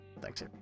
Thanks